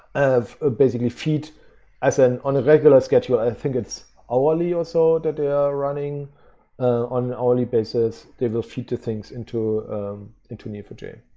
have ah basically feed as an on a regular schedule. i think it's hourly or so that they are running on hourly basis. they will filter things into into n e o four j.